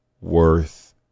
worth